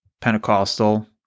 Pentecostal